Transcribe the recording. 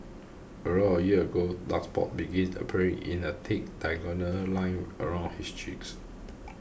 around a year ago dark spots began appearing in a thick diagonal line around his cheeks